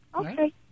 Okay